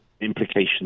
implications